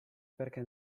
perché